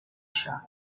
chá